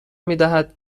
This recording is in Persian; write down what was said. میدهد